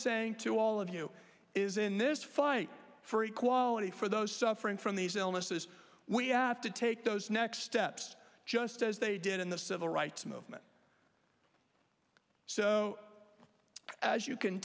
saying to all of you is in this fight for equality for those suffering from these illnesses we have to take those next steps just as they did in the civil rights movement so as you can